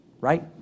right